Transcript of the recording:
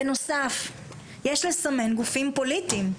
בנוסף, יש לסמן גופים פוליטיים.